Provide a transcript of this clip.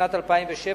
בשנת 2007,